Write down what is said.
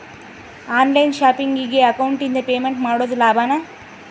On line ಶಾಪಿಂಗಿಗೆ ಅಕೌಂಟಿಂದ payment ಮಾಡೋದು ಲಾಭಾನ?